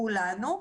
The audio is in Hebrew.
כולנו,